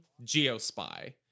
Geospy